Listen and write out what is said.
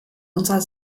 unserer